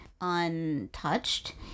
untouched